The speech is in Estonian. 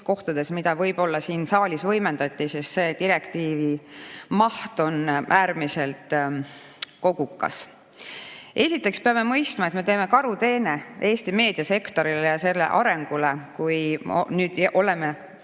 kohtades, mida siin saalis võimendati. Direktiivi maht on äärmiselt kogukas. Esiteks peame mõistma, et me oleme teinud karuteene Eesti meediasektorile ja selle arengule, kui oleme